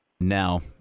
now